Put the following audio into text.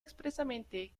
expresamente